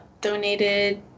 donated